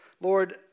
Lord